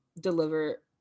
deliver